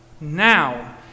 Now